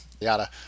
yada